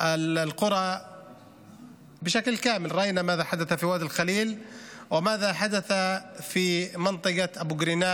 הסוגיה החשובה ביותר היא סוגיית האדמה